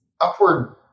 upward